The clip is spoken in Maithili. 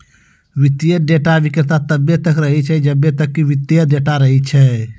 वित्तीय डेटा विक्रेता तब्बे तक रहै छै जब्बे तक कि वित्तीय डेटा रहै छै